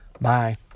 Bye